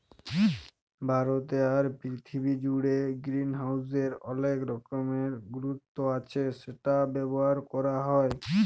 ভারতে আর পীরথিবী জুড়ে গ্রিনহাউসের অলেক রকমের গুরুত্ব আচ্ছ সেটা ব্যবহার ক্যরা হ্যয়